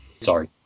Sorry